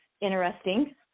interesting